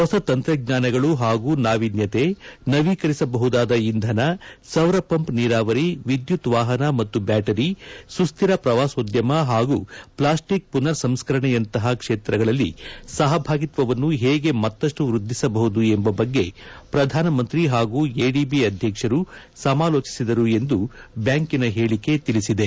ಹೊಸ ತಂತ್ರಜ್ಞಾನಗಳು ಹಾಗೂ ನಾವೀನ್ನತೆ ನವೀಕರಿಸಬಹುದಾದ ಇಂಧನ ಸೌರಪಂಪ್ ನೀರಾವರಿ ವಿದ್ಗುತ್ ವಾಪನ ಮತ್ತು ಬ್ಯಾಟರಿ ಸುಸ್ತಿರ ಪ್ರವಾಸೋದ್ಯಮ ಹಾಗೂ ಪ್ಲಾಸ್ಸಿಕ್ ಮನರ್ಸಂಸ್ಕರಣೆಯಂತಹ ಕ್ಷೇತ್ರಗಳಲ್ಲಿ ಸಹಭಾಗಿತ್ವವನ್ನು ಹೇಗೆ ಮತ್ತಪ್ಪು ವೃದ್ಧಿಸಬಹುದು ಎಂಬ ಬಗ್ಗೆ ಪ್ರಧಾನಮಂತ್ರಿ ಹಾಗೂ ಎಡಿಬಿ ಅಧ್ಯಕ್ಷರು ಸಮಾಲೋಚಿಸಿದರು ಎಂದು ಬ್ಲಾಂಕಿನ ಹೇಳಕೆ ತಿಳಿಸಿದೆ